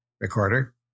Recorder